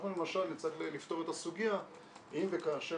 אנחנו למשל נצטרך לפתור את הסוגיה אם וכאשר